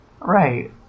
Right